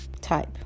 type